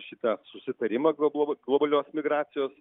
šitą susitarimą global globalios migracijos